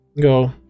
Go